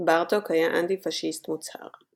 בארטוק היה אנטי־פשיסט מוצהר.